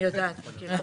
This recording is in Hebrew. אני יודעת, מכירה.